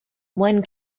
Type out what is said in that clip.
one